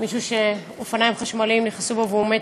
מישהו שאופניים חשמליים נכנסו בו והוא מת.